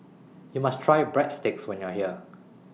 YOU must Try Breadsticks when YOU Are here